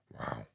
Wow